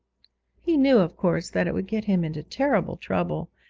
he knew of course that it would get him into terrible trouble,